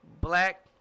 black